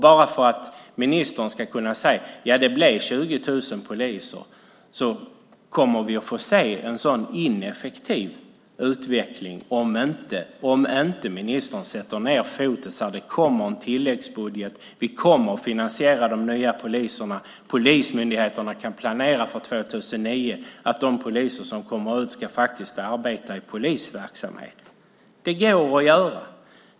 Bara för att ministern ska kunna säga att det blir 20 000 poliser kommer vi att få se en sådan ineffektiv utveckling om inte ministern sätter ned foten och säger: Det kommer en tilläggsbudget. Vi kommer att finansiera de nya poliserna. Polismyndigheterna kan planera för 2009 för att de poliser som kommer ut faktiskt ska arbeta i polisverksamhet. Det går att göra.